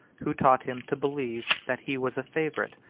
who taught him to believe that he was a favorite,